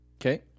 Okay